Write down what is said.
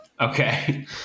Okay